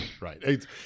right